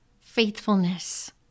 faithfulness